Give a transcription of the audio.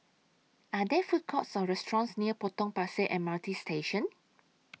Are There Food Courts Or restaurants near Potong Pasir M R T Station